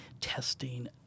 testing